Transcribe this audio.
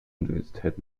universität